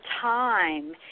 time